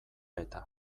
eta